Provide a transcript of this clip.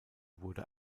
wurde